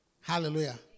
Hallelujah